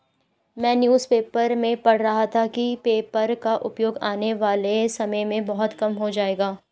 मैं newspaper में पढ़ रहा था कि पेपर का उपयोग आने वाले समय में बहुत कम हो जाएगा